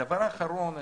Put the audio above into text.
הדבר האחרון,